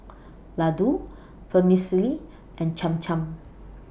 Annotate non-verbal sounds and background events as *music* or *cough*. *noise* Ladoo Vermicelli and Cham Cham